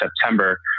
September